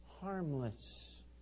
harmless